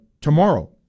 Tomorrow